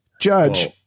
Judge